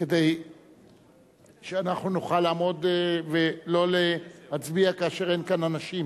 כדי שאנחנו נוכל לעמוד ולא נצביע כאשר אין כאן אנשים.